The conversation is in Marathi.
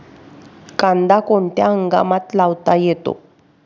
कांदा कोणत्या हंगामात लावता येतो?